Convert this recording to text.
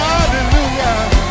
Hallelujah